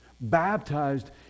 baptized